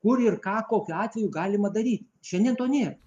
kur ir ką kokiu atveju galima daryti šiandien to nėr